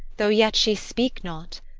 though yet she speak not.